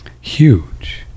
huge